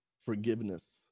forgiveness